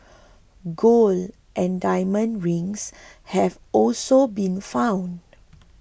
gold and diamond rings have also been found